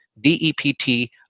D-E-P-T